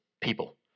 people